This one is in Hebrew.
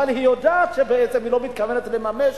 אבל היא יודעת שבעצם היא לא מתכוונת לממש.